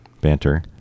banter